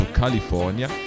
california